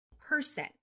person